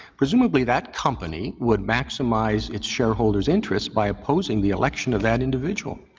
presumably that company would maximize its shareholders' interest by opposing the election of that individual.